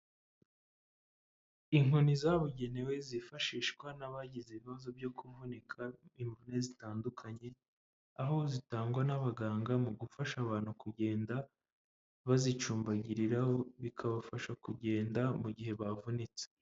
Inkoni zabugenewe, zifashishwa n'abagize ibibazo byo kuvunika imvune zitandukanye, aho zitangwa n'abaganga mu gufasha abantu kugenda bazicumbagiriraho, bikabafasha kugenda mu gihe bavunitse.